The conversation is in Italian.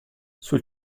sul